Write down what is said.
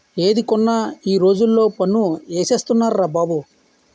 ఏది కొన్నా ఈ రోజుల్లో పన్ను ఏసేస్తున్నార్రా బాబు